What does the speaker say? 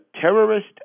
terrorist